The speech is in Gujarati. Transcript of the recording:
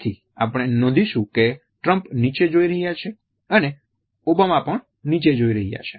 તેથી આપણે નોંધીશું કે ટ્રમ્પ નીચે જોઈ રહ્યા છે અને ઓબામા પણ નીચે જોઈ રહ્યા છે